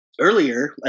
earlier